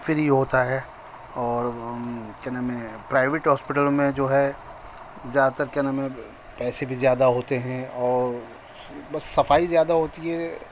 free ہوتا ہے اور کیا نام ہے پرائیوٹ ہاسپلٹوں میں جو ہے زیادہ تر کیا نام ہے پیسے بھی زیادہ ہوتے ہیں اور بس صفائی زیادہ ہوتی ہے